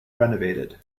renovated